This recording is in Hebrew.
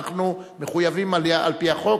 אנחנו מחויבים על-פי החוק.